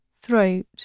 throat